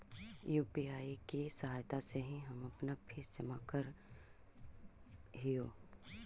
UPI की सहायता से ही हम अपन फीस जमा करअ हियो